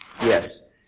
Yes